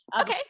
Okay